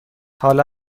حالا